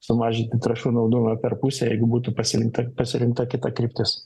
sumažinti trąšų naudojimą per pusę jeigu būtų pasirinkta pasirinkta kita kryptis